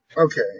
okay